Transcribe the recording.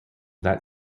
that